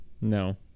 no